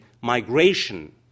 migration